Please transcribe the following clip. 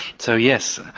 so yes,